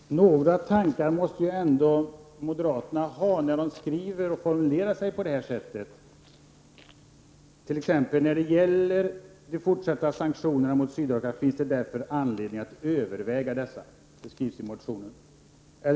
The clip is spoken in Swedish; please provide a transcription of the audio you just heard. Fru talman! Några tankar måste väl moderaterna ändå ha när de formulerar sig på det här sättet! Man säger t.ex.: ”När det gäller de fortsatta sanktionerna mot Sydafrika finns det därför anledning att överväga dessa.” Så heter det i yttrandet.